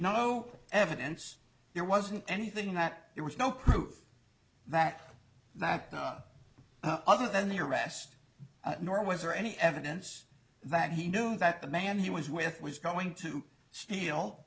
no evidence there wasn't anything that there was no proof that that other than the arrest nor was there any evidence that he knew that the man he was with was going to s